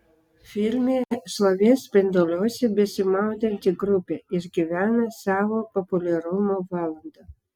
filme šlovės spinduliuose besimaudanti grupė išgyvena savo populiarumo valandą